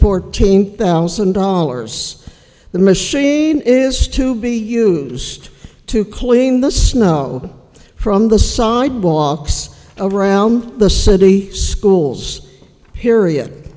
team thousand dollars the machine is to be used to clean the snow from the sidewalks around the city schools period